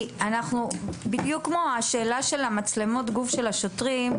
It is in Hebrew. בדיוק כמו בשאלת מצלמות הגוף של השוטרים,